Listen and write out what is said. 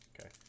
Okay